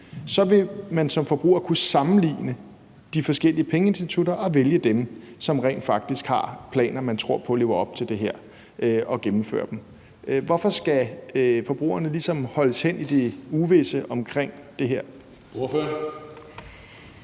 så vil man som forbruger kunne sammenligne de forskellige pengeinstitutter og vælge dem, som rent faktisk har planer, og som man tror på lever op til det her og gennemfører dem. Hvorfor skal forbrugerne ligesom holdes hen i det uvisse omkring det her?